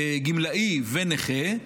גמלאי ונכה,